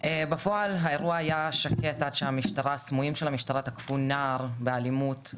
בפועל האירוע היה שקט עד שהסמויים של המשטרה תקפו נער באלימות.